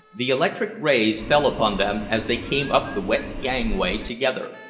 the electric rays fell upon them as they came up the wet gangway together,